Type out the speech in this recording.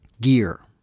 gear